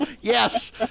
Yes